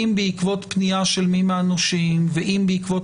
אם בעקבות פנייה של מי מהנושים ואם בעקבות